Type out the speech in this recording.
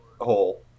hole